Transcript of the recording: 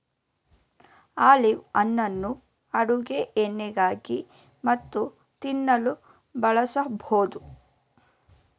olive ಹಣ್ಣುಗಳನ್ನು ಅಡುಗೆ ಎಣ್ಣೆಯಾಗಿ ಮತ್ತು ತಿನ್ನಲು ಬಳಸಬೋದು